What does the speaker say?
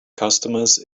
customers